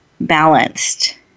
balanced